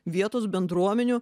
vietos bendruomenių